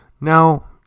Now